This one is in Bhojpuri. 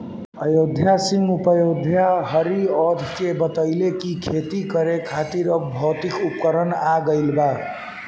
अयोध्या सिंह उपाध्याय हरिऔध के बतइले कि खेती करे खातिर अब भौतिक उपकरण आ गइल बा